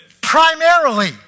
primarily